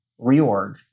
Reorg